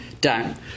down